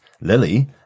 Lily